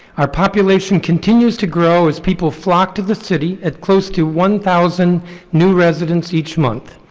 our population continues to grow as people flock to the city at close to one thousand new residents each month.